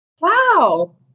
Wow